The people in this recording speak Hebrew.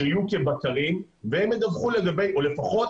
שיהיו כבקרים והם ידווחו או לפחות